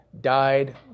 died